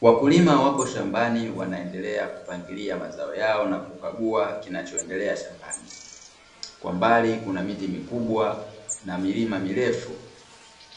Wakulima wapo shambani wanaendelea kupangilia mazao yao, na kukagua kinachoendelea shambani, kwa mbali kuna miti mikubwa na milima mirefu,